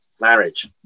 Marriage